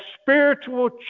spiritual